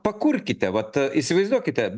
pakurkite vat įsivaizduokite